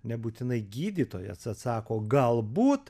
nebūtinai gydytojas atsako galbūt